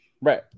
right